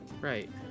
Right